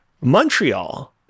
Montreal